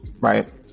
right